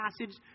passage